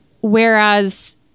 whereas